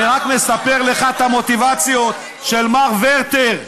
אני רק מספר לך את המוטיבציות של מר ורטר וכדומיו.